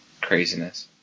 craziness